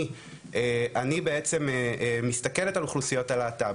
אני בעצם מסתכלת על אוכלוסיות הלהט"ב,